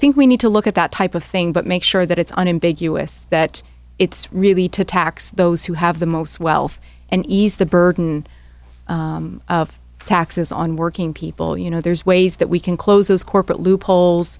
think we need to look at that type of thing but make sure that it's on in big us that it's really to tax those who have the most wealth and ease the burden of taxes on working people you know there's ways that we can close corporate loopholes